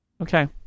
Okay